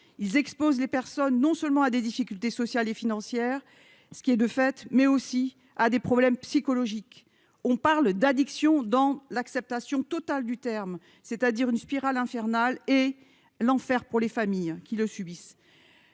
ils exposent les personnes non seulement à des difficultés sociales et financières, ce qui est, de fait, mais aussi à des problèmes psychologiques, on parle d'addiction dans l'acceptation totale du terme, c'est-à-dire une spirale infernale et l'enfer pour les familles qui le subissent,